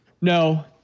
No